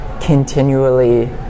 continually